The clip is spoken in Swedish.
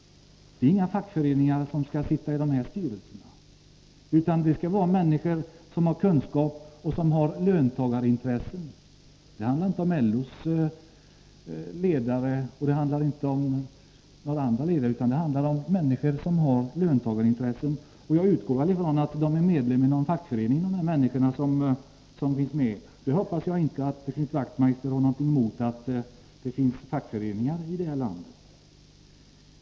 Det är inga fackföreningar som skall sitta i dessa styrelser — det skall vara människor som har kunskaper och löntagarintressen. Det handlar inte om LO:s eller några andra ledare, utan det handlar om människor som har löntagarintressen. Jag utgår ifrån att de är medlemmar i någon fackförening — jag hoppas att Knut Wachtmeister inte har någonting emot att det finns fackföreningar här i landet.